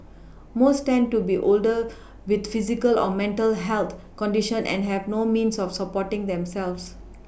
most tend to be older with physical or mental health conditions and have no means of supporting themselves